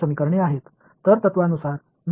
எனவே எனக்கு 2 மாறிகளில் இரண்டு சமன்பாடுகள் உள்ளன